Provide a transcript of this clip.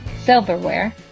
silverware